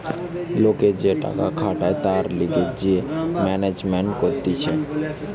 লোক যে টাকা খাটায় তার লিগে যে ম্যানেজমেন্ট কতিছে